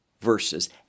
verses